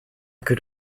could